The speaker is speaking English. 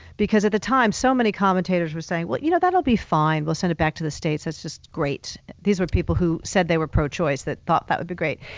because at the time, so many commentators were saying, well, you know, that'll be fine. we'll send it back to the states, that's just great. these were people who said they were pro-choice that thought that would be great.